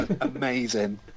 amazing